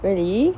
really